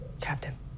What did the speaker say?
Captain